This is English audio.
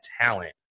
talent